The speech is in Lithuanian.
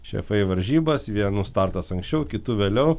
šefai varžybas vienų startas anksčiau kitų vėliau